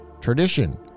tradition